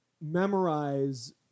memorize